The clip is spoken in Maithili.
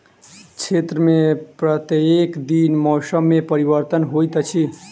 क्षेत्र में प्रत्येक दिन मौसम में परिवर्तन होइत अछि